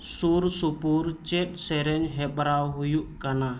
ᱥᱩᱨᱼᱥᱩᱯᱩᱨ ᱪᱮᱫ ᱥᱮᱨᱮᱧ ᱦᱮᱯᱨᱟᱣ ᱦᱩᱭᱩᱜ ᱠᱟᱱᱟ